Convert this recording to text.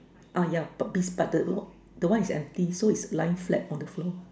uh ya it's but the one the one is empty so it's lying flat on the floor